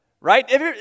right